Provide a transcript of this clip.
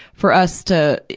for us to,